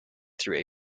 through